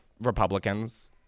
Republicans